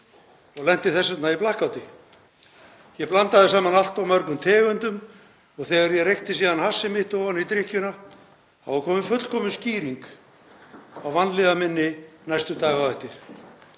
og lenti þess vegna í blakkáti. Ég blandaði saman allt of mörgum tegundum og þegar ég reykti síðan hassið mitt ofan í drykkjuna var komin fullkomin skýring á vanlíðan minni næstu daga á eftir.